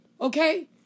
Okay